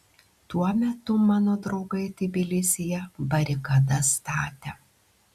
tuo metu mano draugai tbilisyje barikadas statė